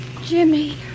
Jimmy